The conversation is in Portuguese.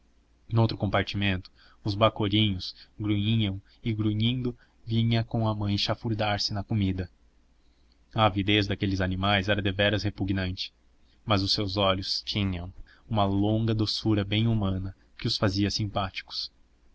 caldeira noutro compartimento os bacorinhos grunhiam e grunhindo vinham com a mãe chafurdar se na comida a avidez daqueles animais era deveras repugnante mas os seus olhos tinham uma longa doçura bem humana que os fazia simpáticos